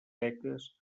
seques